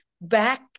back